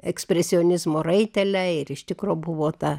ekspresionizmo raitelę ir iš tikro buvo ta